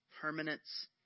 permanence